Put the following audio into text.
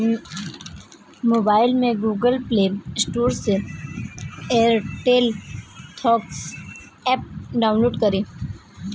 mobile में Google Play Store से Airtel thanks app download करें